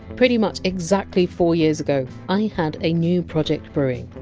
pretty much exactly four years ago, i had a new project brewing.